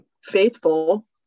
faithful